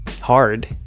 hard